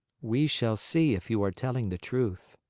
we shall see if you are telling the truth.